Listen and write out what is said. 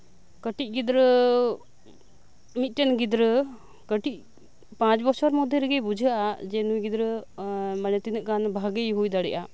ᱠᱟᱴᱤᱡ ᱜᱤᱫᱽᱨᱟᱹ ᱢᱤᱫ ᱴᱮᱱ ᱜᱤᱫᱽᱨᱟᱹ ᱠᱟᱴᱤᱡ ᱯᱟᱸᱪ ᱵᱚᱪᱷᱚᱨ ᱢᱚᱫᱽᱫᱷᱮ ᱨᱮᱜᱮ ᱵᱩᱡᱷᱟᱹᱜᱼᱟ ᱡᱮ ᱱᱩᱭ ᱜᱤᱫᱽᱨᱟᱹ ᱢᱟᱱᱮ ᱛᱤᱱᱟᱹᱜ ᱜᱟᱱ ᱵᱷᱟᱜᱮᱭ ᱦᱳᱭ ᱫᱟᱲᱮᱭᱟᱜᱼᱟ